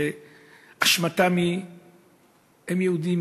שאשמתם היא שהם יהודים,